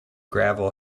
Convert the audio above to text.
gravel